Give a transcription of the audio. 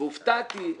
הופתעתי,